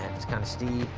and that's kinda steep.